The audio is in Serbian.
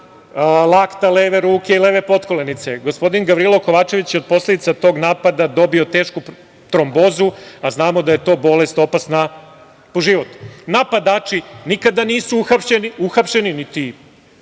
lakta leve ruke i leve podkolenice. Gospodin Gavrilo Kovačević je od posledica tog napada dobio tešku trombozu, a znamo da je to opasna bolest po život. Napadači nikada nisu uhapšeni, niti